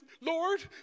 Lord